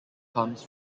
comes